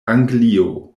anglio